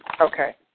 Okay